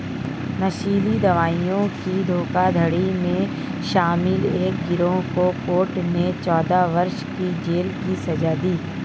नशीली दवाओं की धोखाधड़ी में शामिल एक गिरोह को कोर्ट ने चौदह वर्ष की जेल की सज़ा दी